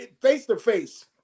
face-to-face